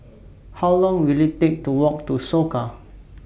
How Long Will IT Take to Walk to Soka